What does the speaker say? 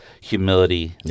humility